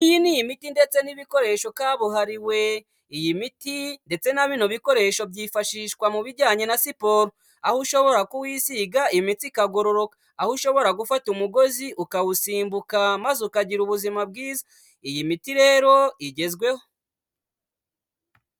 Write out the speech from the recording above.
Iyi ni imiti ndetse n'ibikoresho kabuhariwe, iyi miti ndetse na bino bikoresho byifashishwa mu bijyanye na siporo, aho ushobora kuwisiga imitsi ikagororoka, aho ushobora gufata umugozi ukawusimbuka maze ukagira ubuzima bwiza, iyi miti rero igezweho.